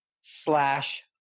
slash